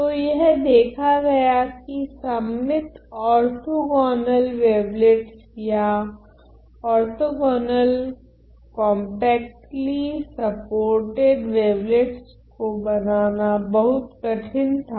तो यह देखा गया की सममित ओर्थोगोनल वेवलेट्स या ओर्थोगोनल कोंपक्ट्ली सपोर्टेड वेवलेट्स को बनाना बहुत कठिन था